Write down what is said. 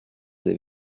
des